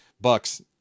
Bucks